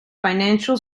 financial